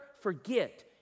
forget